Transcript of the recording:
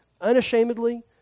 unashamedly